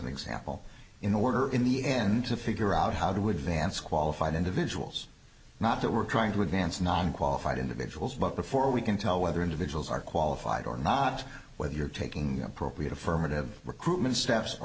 example in order in the end to figure out how to advance qualified individuals not that we're trying to advance non qualified individuals but before we can tell whether individuals are qualified or not whether you're taking appropriate affirmative recruitment